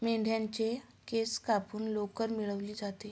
मेंढ्यांच्या केस कापून लोकर मिळवली जाते